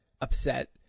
upset